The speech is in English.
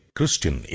Christian